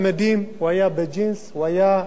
הוא היה סגן הרמטכ"ל.